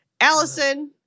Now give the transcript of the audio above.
Allison